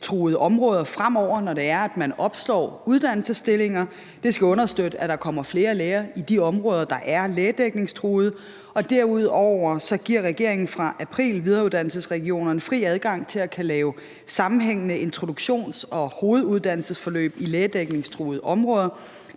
områder fremover, når de opslår uddannelsesstillinger. Det skal understøtte, at der kommer flere læger i de områder, der er lægedækningstruede. Derudover giver regeringen fra april videreuddannelsesregionerne fri adgang til at lave sammenhængende introduktions- og hoveduddannelsesforløb i lægedækningstruede områder.